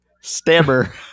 Stammer